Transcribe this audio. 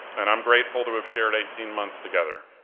and i'm grateful to have shared eighteen months together.